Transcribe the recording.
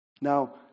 Now